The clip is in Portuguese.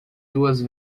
duas